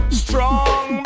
strong